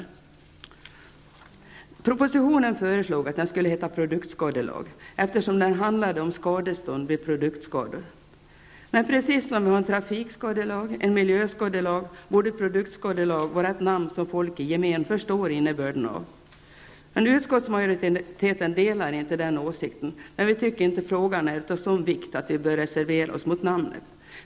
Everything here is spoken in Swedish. I propositionen föreslogs att den skulle heta produktskadelag, eftersom den handlade om skadestånd vid produktskador. Precis som vi har en trafikskadelag och en miljöskadelag borde produktskadelag vara ett namn som folk i gemen förstår innebörden av. Utskottsmajoriteten delar inte den åsikten, men vi tycker inte frågan är av sådan vikt att vi bör reservera oss mot namnet.